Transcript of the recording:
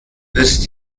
ist